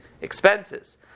expenses